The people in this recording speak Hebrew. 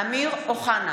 אמיר אוחנה,